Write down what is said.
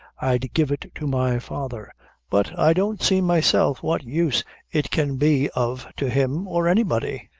i'd give it to my father but i don't see myself what use it can be of to him or anybody.